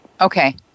Okay